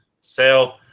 sale